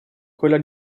quella